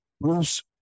Bruce